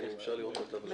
אם אפשר לראות את הטבלה.